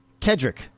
Kedrick